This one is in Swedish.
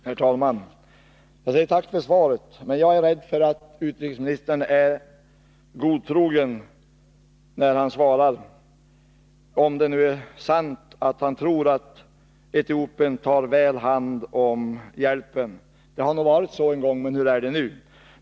Herr talman! Jag säger tack för svaret, men jag är rädd för att utrikesministern är godtrogen, om det som sägs i svaret är sant, nämligen att utrikesministern tror att Etiopien tar väl hand om hjälpen. Det har nog varit så en gång, men hur är det nu?